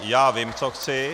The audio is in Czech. Já vím, co chci.